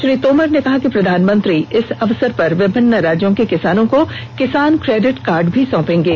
श्री तोमर ने कहा कि प्रधानमंत्री इस अवसर पर विभिन्न राज्यों के किसानों को किसान क्रेडिट कार्ड भी सौंपेंगे